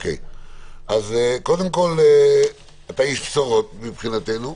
אז קודם כל, אתה איש בשורות מבחינתנו.